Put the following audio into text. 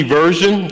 version